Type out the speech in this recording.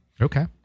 Okay